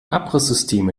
abrisssysteme